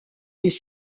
les